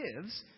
gives